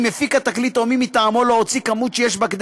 אם מפיק התקליט או מי מטעמו לא הוציא מספר שיש בו כדי